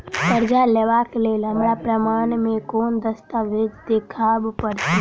करजा लेबाक लेल हमरा प्रमाण मेँ कोन दस्तावेज देखाबऽ पड़तै?